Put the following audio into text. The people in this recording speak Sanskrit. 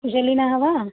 कुशलिनः वा